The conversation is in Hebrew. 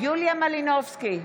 יוליה מלינובסקי,